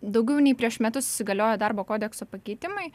daugiau nei prieš metus įsigaliojo darbo kodekso pakeitimai